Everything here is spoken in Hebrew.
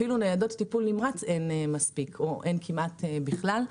אפילו ניידות טיפול נמרץ אין מספיק או אין כמעט בכלל.